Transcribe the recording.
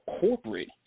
corporate